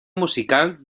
musical